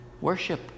worship